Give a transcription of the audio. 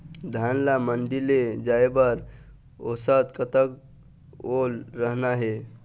धान ला मंडी ले जाय बर औसत कतक ओल रहना हे?